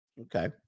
Okay